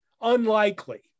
unlikely